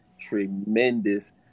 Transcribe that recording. tremendous